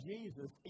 Jesus